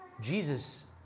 Jesus